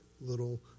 little